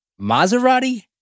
Maserati